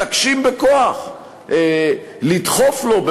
מתעקשים בכוח לדחוף לו,